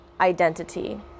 identity